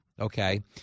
Okay